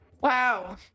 wow